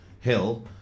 hill